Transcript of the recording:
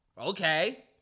okay